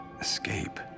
Escape